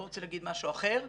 לא רוצה להגיד משהו אחר,